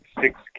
six